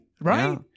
right